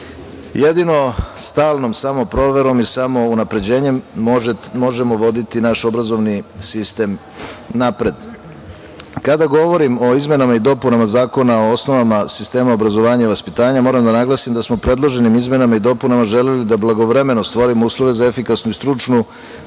samo stalnom programu i stalnim unapređenjem možemo voditi naše obrazovni sistem napred. Kada govorim o izmenama i dopunama Zakona o osnovama sistema obrazovanja i vaspitanja, moram da naglasim da smo predloženim izmenama i dopunama želeli da blagovremeno stvorimo uslove za efikasnu i stručnu